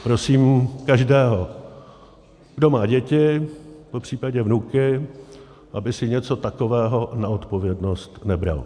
Prosím každého, kdo má děti, popřípadě vnuky, aby si něco takového na odpovědnost nebral.